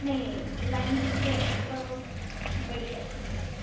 नहीं नहीं लेंथ थोड़ी बड़ी रखनी है